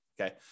Okay